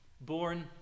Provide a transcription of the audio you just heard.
Born